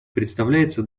представляется